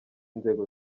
inzego